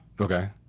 okay